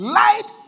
light